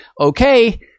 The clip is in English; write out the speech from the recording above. okay